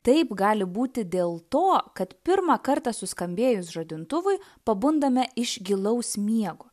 taip gali būti dėl to kad pirmą kartą suskambėjus žadintuvui pabundame iš gilaus miego